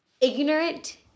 ignorant